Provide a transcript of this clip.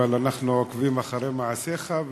אבל אנחנו עוקבים אחרי מעשיך.